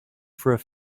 through